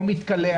או מתקלח,